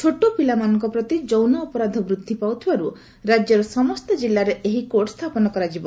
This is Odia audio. ଛୋଟପିଲାମାନଙ୍କ ପ୍ରତି ଯୌନ ଅପରାଧ ବୃଦ୍ଧି ପାଉଥିବାରୁ ରାଜ୍ୟର ସମସ୍ତ ଜିଲ୍ଲାରେ ଏହି କୋର୍ଟ ସ୍ଥାପନ କରାଯିବ